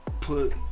Put